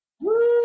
Woo